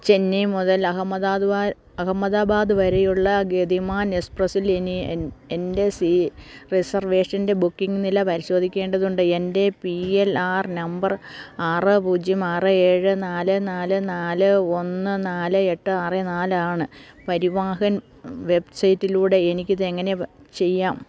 ചെന്നൈ മുതൽ അഹമ്മദാബാദ് വരെയുള്ള ഗതിമാൻ എക്സ്പ്രസിൽ ഇനി എൻ്റെ റിസർവേഷന്റെ ബുക്കിംഗ് നില പരിശോധിക്കേണ്ടതുണ്ട് എൻ്റെ പി എൽ ആർ നമ്പർ ആറ് പൂജ്യം ആറ് ഏഴ് നാല് നാല് നാല് ഒന്ന് നാല് എട്ട് ആറ് നാല് ആണ് പരിവാഹൻ വെബ്സൈറ്റിലൂടെ എനിക്ക് ഇത് എങ്ങനെ ചെയ്യാം